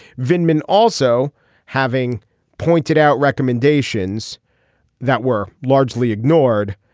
vin min also having pointed out recommendations that were largely ignored.